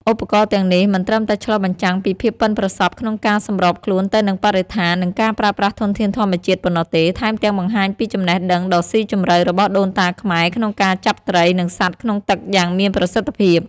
ឧបករណ៍ទាំងនេះមិនត្រឹមតែឆ្លុះបញ្ចាំងពីភាពប៉ិនប្រសប់ក្នុងការសម្របខ្លួនទៅនឹងបរិស្ថាន និងការប្រើប្រាស់ធនធានធម្មជាតិប៉ុណ្ណោះទេ ថែមទាំងបង្ហាញពីចំណេះដឹងដ៏ស៊ីជម្រៅរបស់ដូនតាខ្មែរក្នុងការចាប់ត្រី និងសត្វក្នុងទឹកយ៉ាងមានប្រសិទ្ធភាព។